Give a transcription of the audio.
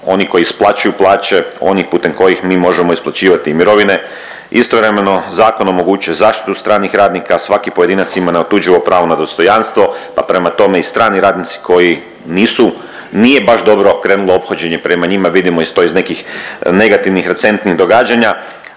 oni koji isplaćuju plaće, oni putem kojih mi možemo isplaćivati i mirovine. Istovremeno zakon omogućuje zaštitu stranih radnika. Svaki pojedinac ima neotuđivo pravo na dostojanstvo pa prema tome i strani radnici koji nisu, nije baš dobro krenulo ophođenje prema njima, vidimo to ih nekih negativnih recentnih događanja